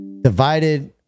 Divided